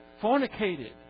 fornicated